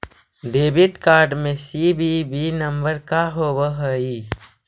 Debit card में CVV number का होव हइ?